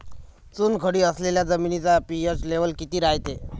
चुनखडी असलेल्या जमिनीचा पी.एच लेव्हल किती रायते?